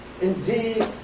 indeed